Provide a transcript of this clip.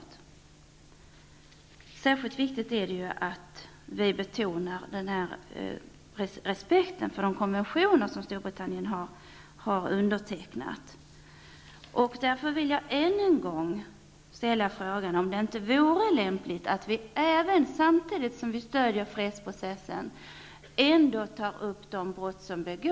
Det är särskilt viktigt att vi betonar vikten av att Storbritannien respekterar de konventioner som man har undertecknat. Jag vill därför än en gång ställa frågan om det inte vore lämpligt att vi samtidigt som vi stödjer fredsprocessen även skulle ta upp de brott som begås.